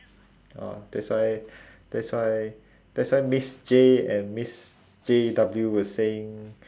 orh that's why that's why that's why miss J and miss J W were saying